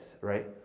right